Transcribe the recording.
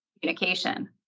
communication